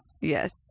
Yes